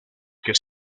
que